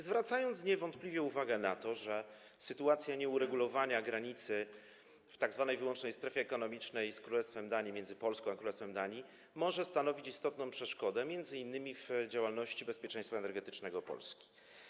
Zwróciłem niewątpliwie uwagę na to, że sytuacja nieuregulowania granicy w tzw. wyłącznej strefie ekonomicznej z Królestwem Danii, między Polską a Królestwem Danii, może stanowić istotną przeszkodę m.in. w działalności, jeżeli chodzi o bezpieczeństwo energetyczne Polski.